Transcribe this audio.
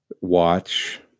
watch